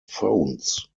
phones